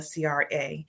CRA